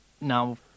now